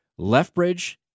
Leftbridge